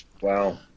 Wow